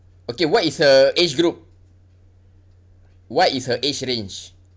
okay what is her age group what is her age range